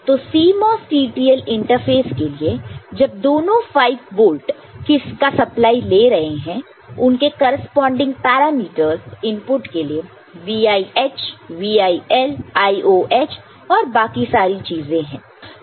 तो CMOS TTL interface के लिए जब दोनों 5 वोल्ट का सप्लाई ले रहे हैं उनके करेस्पॉन्डिंग पैरामीटर्स इनपुट के लिए VIH VIL IOH और बाकी सारी चीजें है